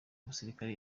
musirikare